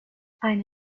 ana